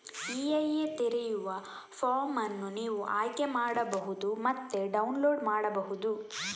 EIA ತೆರೆಯುವ form ಅನ್ನು ನೀವು ಆಯ್ಕೆ ಮಾಡಬಹುದು ಮತ್ತು ಡೌನ್ಲೋಡ್ ಮಾಡಬಹುದು